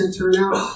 turnout